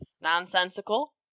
nonsensical